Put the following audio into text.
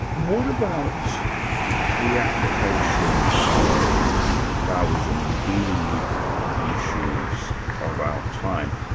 what about the application of daoism in dealing with the issues of our time.